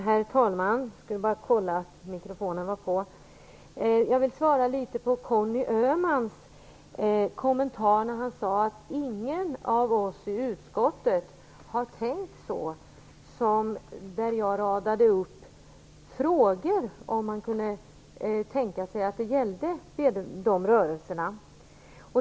Herr talman! Jag vill kommentera det Conny Öhman sade om att ingen av oss i utskottet har tänkt på de frågor jag radade upp. Jag undrade om man kunde tänka sig att de gällde dessa rörelser.